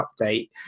update